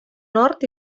nord